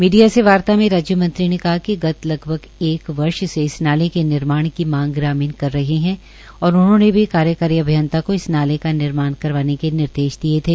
media से वार्ता में राज्य मंत्री ने कहा कि गत लगभग एक वर्ष से इस नाले के निर्माण की मांग ग्रामीण कर रहे है और उन्होंने भी कार्यकारी अभियंता को इस नाले का निर्माण करवाने के निर्देश दिये थे